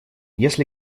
если